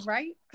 Right